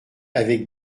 avec